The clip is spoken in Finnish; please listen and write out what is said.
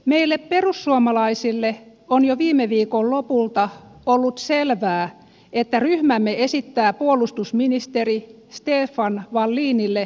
meille perussuomalaisille on jo viime viikon lopulta ollut selvää että ryhmämme esittää puolustusministeri stefan wallinille epäluottamusta